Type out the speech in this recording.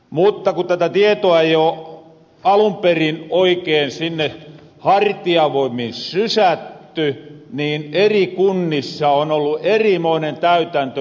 mutta ku tätä tietoa ei oo alun perin oikeen sinne hartiavoimin sysätty niin eri kunnissa on ollu erimoinen käytäntö täysin